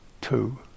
two